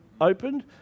opened